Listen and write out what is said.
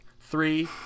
three